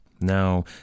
Now